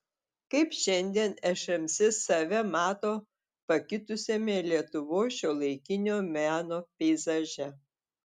kaip šiandien šmc save mato pakitusiame lietuvos šiuolaikinio meno peizaže